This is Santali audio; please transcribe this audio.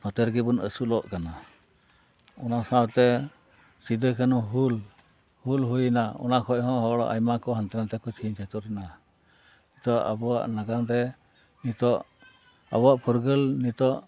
ᱱᱚᱛᱮ ᱨᱮᱜᱮ ᱵᱚᱱ ᱟᱹᱥᱩᱞᱚᱜ ᱠᱟᱱᱟ ᱚᱱᱟ ᱥᱟᱶᱛᱮ ᱥᱤᱫᱩ ᱠᱟᱹᱱᱦᱩ ᱦᱩᱞ ᱦᱩᱞ ᱦᱩᱭᱮᱱᱟ ᱚᱱᱟ ᱠᱷᱚᱡ ᱦᱚᱲ ᱟᱭᱢᱟ ᱠᱚ ᱦᱟᱱᱛᱮ ᱱᱷᱟᱛᱮ ᱠᱚ ᱪᱷᱤᱧ ᱪᱷᱟᱹᱛᱩᱨ ᱮᱱᱟ ᱛᱚ ᱟᱵᱚᱭᱟᱜ ᱱᱟᱜᱟᱢ ᱨᱮ ᱱᱤᱛᱚᱜ ᱟᱵᱚᱣᱟᱜ ᱯᱷᱩᱨᱜᱟᱹᱞ ᱱᱤᱛᱚᱜ